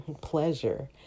pleasure